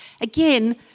Again